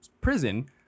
prison